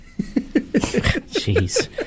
Jeez